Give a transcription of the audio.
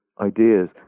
ideas